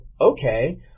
okay